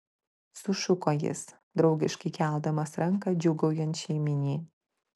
sušuko jis draugiškai keldamas ranką džiūgaujančiai miniai